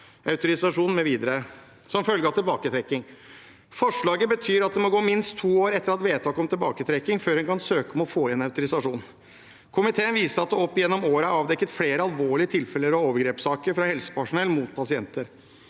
autorisasjonen mv. som følge av tilbaketrekking. Forslaget betyr at det må gå minst to år etter vedtaket om tilbaketrekking før man kan søke om å få igjen autorisasjon. Komiteen viser til at det opp gjennom årene er avdekket flere alvorlige tilfeller av overgrepssaker fra helsepersonell mot pasienter.